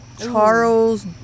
Charles